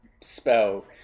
spell